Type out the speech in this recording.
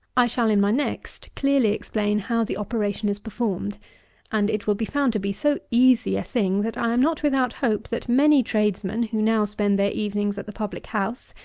i shall, in my next, clearly explain how the operation is performed and it will be found to be so easy a thing, that i am not without hope, that many tradesmen, who now spend their evenings at the public house,